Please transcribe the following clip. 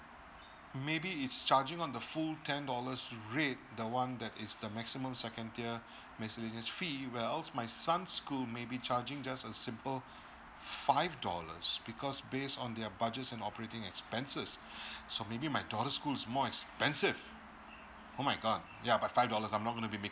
maybe it's charging on the full ten dollars rate the one that is the maximum second tier miscellaneous fee where else my son's school maybe charging just a simple five dollars because base on their budgets and operating expenses so maybe my daughter's schools is more expensive oh my god ya by five dollars I'm not gonna be making